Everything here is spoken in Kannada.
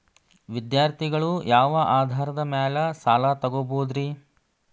ವಿದ್ಯಾರ್ಥಿಗಳು ಯಾವ ಆಧಾರದ ಮ್ಯಾಲ ಸಾಲ ತಗೋಬೋದ್ರಿ?